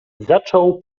zaczął